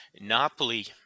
Napoli